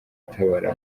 utabara